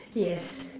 yes